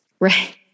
Right